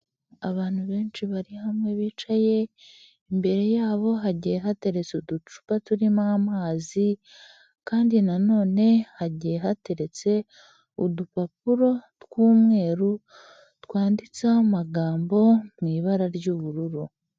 Abantu benshi bari hamwe bicaye imbere yabo hagiye hateretse uducupa turimo amazi, kandi na none hagiye hateretse udupapuro tw'umweru twanditseho amagambo mu ibara ry'ubururu.